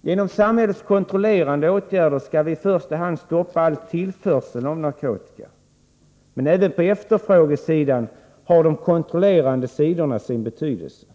Genom samhällets kontrollerande åtgärder skall vi i första hand stoppa all tillförsel av narkotika. Men även på efterfrågesidan har de kontrollerande sidorna sin betydelse.